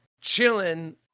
chilling